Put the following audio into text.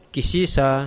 Kisisa